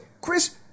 Chris